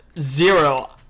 zero